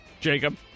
Jacob